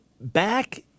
back